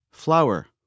Flower